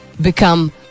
become